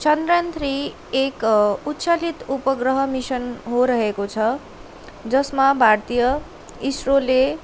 Chandrayaan three एक उच्चलित उपग्रह मिसन हो रहेको छ जसमा भारतीय इसरोले